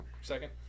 Second